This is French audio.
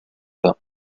pas